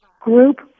group